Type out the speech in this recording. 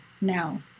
now